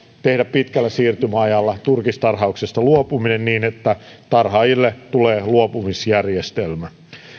tehdä pitkällä siirtymäajalla turkistarhauksesta luopuminen niin että tarhaajille tulee luopumisjärjestelmä